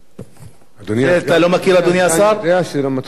אדוני יודע שלא מתחיל שלוש דקות מחדש.